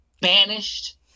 banished